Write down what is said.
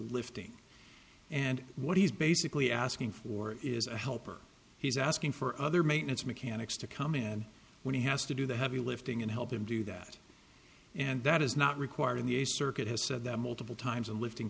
lifting and what he's basically asking for is a helper he's asking for other maintenance mechanics to come in and when he has to do the heavy lifting and help him do that and that is not required in the circuit has said that multiple times in lifting